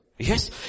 Yes